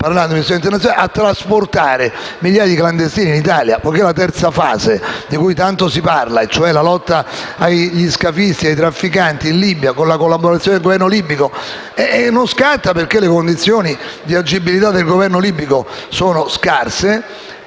parlando di missioni internazionali, a trasportare migliaia di clandestini in Italia. Non scatta però la terza fase, di cui tanto si parla - ovvero la lotta agli scafisti e ai trafficanti in Libia, con la collaborazione del Governo libico - perché le condizioni di agibilità del Governo libico sono scarse.